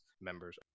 members